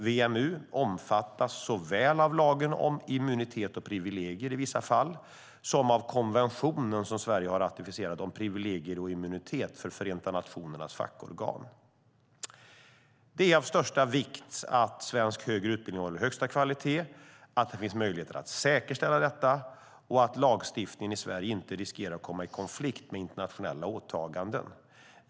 WMU omfattas såväl av lagen om immunitet och privilegier i vissa fall som av konventionen, som Sverige har ratificerat, om privilegier och immunitet för Förenta nationernas fackorgan. Det är av största vikt att svensk högre utbildning håller högsta kvalitet, att det finns möjligheter att säkerställa detta och att lagstiftningen i Sverige inte riskerar att komma i konflikt med internationella åtaganden.